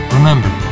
Remember